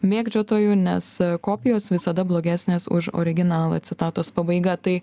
mėgdžiotojų nes kopijos visada blogesnės už originalą citatos pabaiga tai